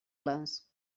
les